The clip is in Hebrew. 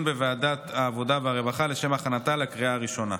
בוועדת העבודה והרווחה לשם הכנתה לקריאה הראשונה.